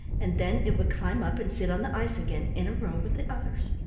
and then it would climb up and sit on the ice again in a row with the others.